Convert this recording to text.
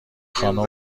خانم